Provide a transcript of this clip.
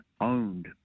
owned